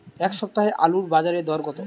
এ সপ্তাহে আলুর বাজারে দর কত?